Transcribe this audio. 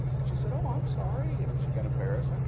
and she said, oh, i'm sorry. and she got embarrassed.